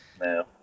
No